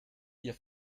ihr